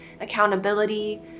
accountability